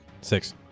Six